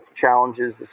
challenges